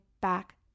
back